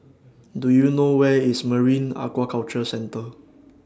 Do YOU know Where IS Marine Aquaculture Centre